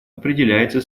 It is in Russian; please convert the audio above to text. определяется